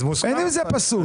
אין בזה פסול.